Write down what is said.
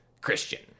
Christian